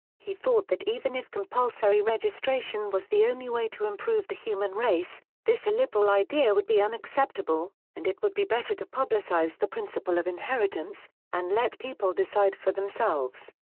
he thought that even if compulsory registration was the only way to improve the human race, this illiberal idea would be unacceptable, and it would be better to publicize the principle of inheritance and let people decide for themselves.